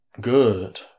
good